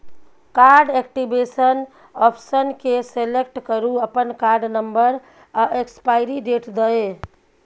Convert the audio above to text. card activation option केँ select करु अपन कार्ड नंबर आ एक्सपाइरी डेट दए